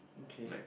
okay